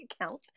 account